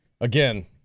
again